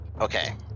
Okay